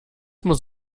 muss